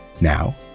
Now